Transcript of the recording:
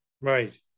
Right